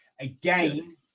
Again